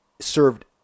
served